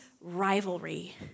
rivalry